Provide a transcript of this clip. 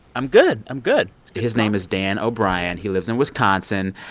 i'm good. i'm good his name is dan o'brien. he lives in wisconsin.